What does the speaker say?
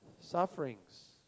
sufferings